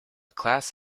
class